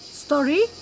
story